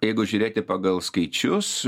jeigu žiūrėti pagal skaičius